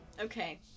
Okay